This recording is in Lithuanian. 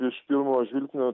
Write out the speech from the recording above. iš pirmo žvilgsnio